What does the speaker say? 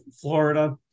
Florida